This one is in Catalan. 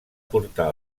portar